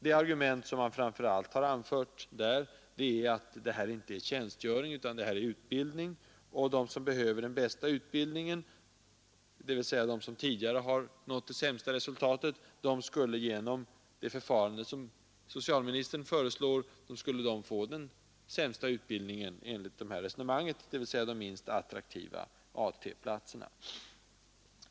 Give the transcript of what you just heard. Det argument som man där framför allt har anfört är att det inte gäller tjänstgöring utan utbildning och att de som behöver den bästa utbildningen — dvs. de som tidigare har nått de sämsta resultaten — genom socialministerns förslag skulle få den sämsta utbildningen, dvs. de minst attraktiva AT-platserna.